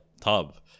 tub